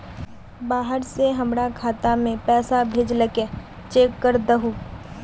बाहर से हमरा खाता में पैसा भेजलके चेक कर दहु?